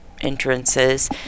entrances